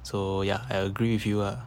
so ya I agree with you lah